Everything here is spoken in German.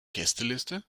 gästeliste